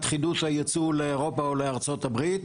חידוש הייצוא לאירופה או לארצות הברית.